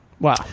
Wow